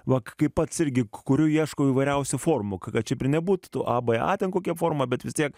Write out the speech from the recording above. va kai pats irgi kuriu ieško įvairiausių formų kad ši nebūtų a b a ar kokia forma bet vis tiek